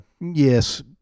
yes